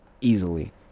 easily